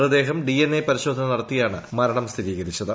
മൃതദേഹം DNA പരിശോധന നടത്തിയാണ് മരണം സ്ഥിരീകരിച്ചത്